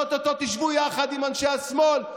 כשאו-טו-טו תשבו יחד עם אנשי השמאל,